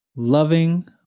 loving